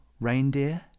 reindeer